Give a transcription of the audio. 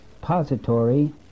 repository